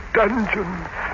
dungeons